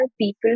people